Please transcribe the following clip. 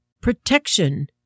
protection